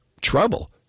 trouble